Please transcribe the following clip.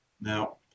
Now